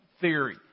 theory